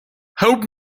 help